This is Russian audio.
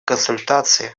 консультации